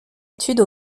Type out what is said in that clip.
étude